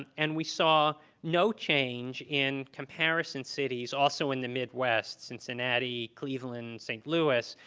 and and we saw no change in comparison cities, also in the midwest, cincinnati, cleveland, st. louis,